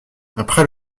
après